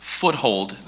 foothold